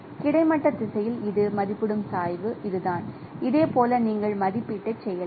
கிடைமட்ட திசையில் இது மதிப்பிடும் சாய்வு இதுதான் இதேபோல் நீங்கள் மதிப்பீட்டைச் செய்யலாம்